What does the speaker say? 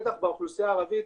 בטח באוכלוסייה הערבית,